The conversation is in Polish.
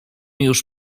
już